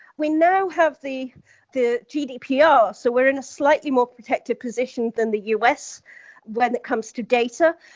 we now have the the gdpr, so we're in a slightly more protected position than the u. s when it comes to data,